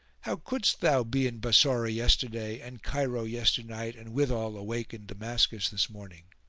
how couldest thou be in bassorah yesterday and cairo yesternight and withal awake in damascus this morning?